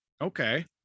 Okay